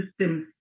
systems